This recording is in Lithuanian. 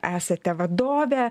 esate vadovė